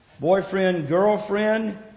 boyfriend-girlfriend